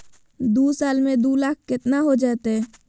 दू साल में दू लाख केतना हो जयते?